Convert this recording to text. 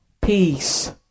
peace